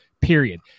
period